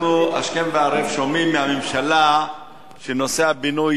אנחנו השכם והערב שומעים מהממשלה שנושא הבינוי,